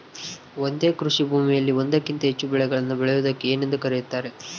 ಒಂದೇ ಕೃಷಿಭೂಮಿಯಲ್ಲಿ ಒಂದಕ್ಕಿಂತ ಹೆಚ್ಚು ಬೆಳೆಗಳನ್ನು ಬೆಳೆಯುವುದಕ್ಕೆ ಏನೆಂದು ಕರೆಯುತ್ತಾರೆ?